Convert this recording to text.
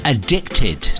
Addicted